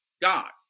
God